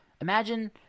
imagine